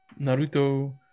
Naruto